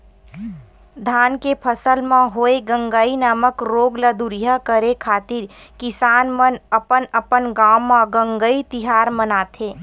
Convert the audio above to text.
धान के फसल म होय गंगई नामक रोग ल दूरिहा करे खातिर किसान मन अपन अपन गांव म गंगई तिहार मानथे